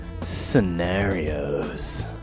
scenarios